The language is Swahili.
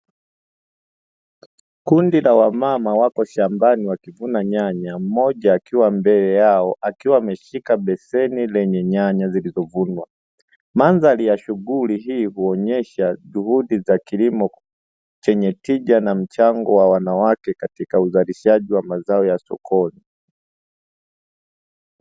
Kundi la wamama wako shambani wakivuna nyanya, mmoja akiwa mbele yao akiwa ameshika beseni lenye nyanya zilizovunwa. Mandhari ya shughuli hii huonyesha juhudi za kilimo chenye tija na mchango wa wanawake katika uzalishaji wa mazao ya sokoni.